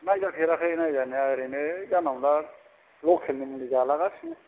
नायजाफेराखै नायजानाया ओरैनो जानला मोनला लखेलनि मुलि जालागासिनो